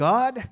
God